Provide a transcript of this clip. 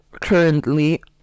currently